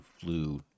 flew